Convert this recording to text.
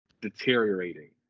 deteriorating